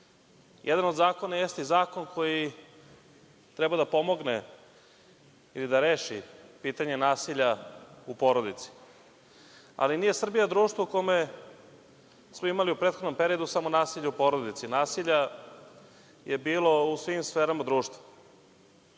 od zakona, jeste zakon koji treba da pomogne i da reši pitanje nasilja u porodici. Ali, nije Srbija društvo u kome smo imali u prethodnom periodu samo nasilje u porodici. Nasilja je bilo u svim sferama u društvu.